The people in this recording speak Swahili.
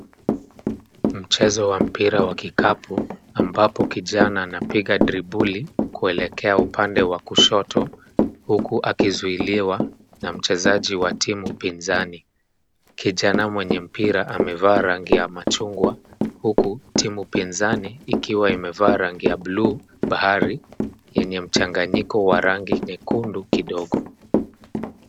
Mchezo wa mpira wa kikapu, ambapo kijana anapiga dribuli, kwelekea upande wa kushoto, huku akizuiliwa na mchezaji wa timu pinzani. Kijana mwenye mpira amevaa rangi ya machungwa, huku, timu pinzani, ikiwa imevaa rangi ya bluu bahari yenye mchanganyiko wa rangi nyekundu kidogo.